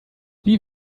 wie